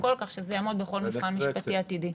לפרוטוקול כך שזה יעמוד בכל מבחן משפטי עתידי.